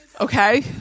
Okay